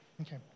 Okay